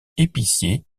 épicier